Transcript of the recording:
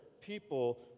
people